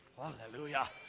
Hallelujah